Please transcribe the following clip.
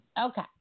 Okay